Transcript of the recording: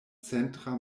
centra